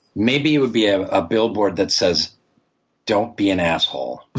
maybe it would be a ah billboard that says don't be an asshole.